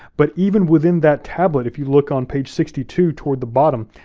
but even within that tablet, if you look on page sixty two toward the bottom,